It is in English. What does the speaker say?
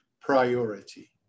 priority